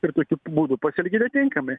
ir tokiu būdu pasielgė netinkamai